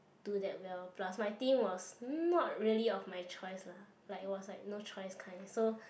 do that well plus my team was not really of my choice lah like it was no choice kind so